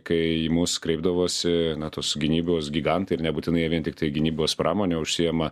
kai į mus kreipdavosi na tos gynybos gigantai ir nebūtinai vien tiktai gynybos pramone užsiėma